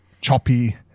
choppy